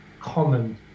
common